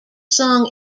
song